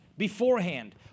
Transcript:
beforehand